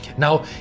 Now